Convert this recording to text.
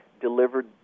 delivered